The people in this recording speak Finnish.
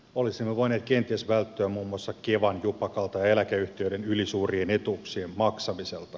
olisimme voineet kenties välttyä muun muassa kevan jupakalta ja eläkeyhtiöiden ylisuurien etuuksien maksamiselta